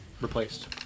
replaced